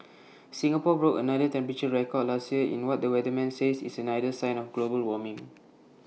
Singapore broke another temperature record last year in what the weatherman says is another sign of global warming